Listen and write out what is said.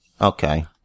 Okay